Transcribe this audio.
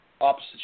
opposite